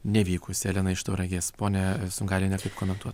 nevykusi elena iš tauragės ponia sungailiene kaip nekomentuot